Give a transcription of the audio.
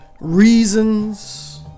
reasons